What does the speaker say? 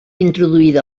introduïda